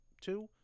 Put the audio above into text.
two